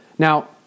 Now